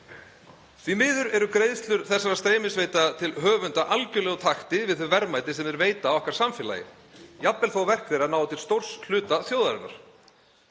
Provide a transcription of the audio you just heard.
Því miður eru greiðslur þessara streymisveitna til höfunda algerlega úr takti við þau verðmæti sem þeir veita okkar samfélagi, jafnvel þó að verk þeirra nái til stórs hluta þjóðarinnar.